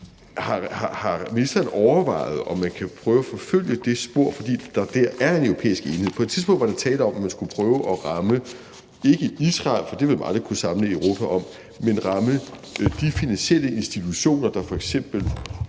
Har ministeren overvejet, om man kan prøve at forfølge det spor, fordi der dér er en europæisk enighed? På et tidspunkt var der tale om, at man skulle prøve at ramme ikke Israel, for det ville man aldrig kunne samle Europa om, men at ramme de finansielle institutioner, der f.eks. et